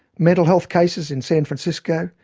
mental health cases in san francisco,